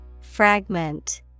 Fragment